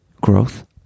Growth